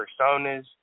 personas